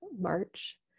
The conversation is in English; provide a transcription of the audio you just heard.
March